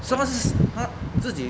什么是她自己